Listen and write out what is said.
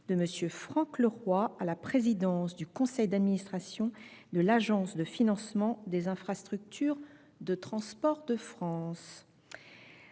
de M. Franck Leroy à la présidence du conseil d’administration de l’Agence de financement des infrastructures de transport de France